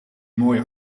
mooie